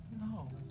No